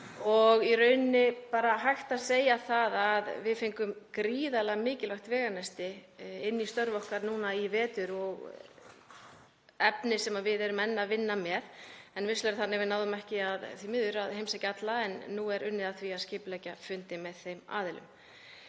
Það er hægt að segja það að við fengum gríðarlega mikilvægt veganesti inn í störf okkar núna í vetur og efni sem við erum enn að vinna með. Vissulega náðum við ekki, því miður, að heimsækja alla en nú er unnið að því að skipuleggja fundi með þeim aðilum.